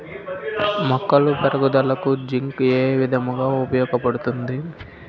మొక్కల పెరుగుదలకు జింక్ ఏ విధముగా ఉపయోగపడుతుంది?